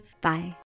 bye